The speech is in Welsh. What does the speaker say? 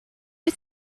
wyt